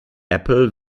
apple